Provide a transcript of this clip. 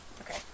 Okay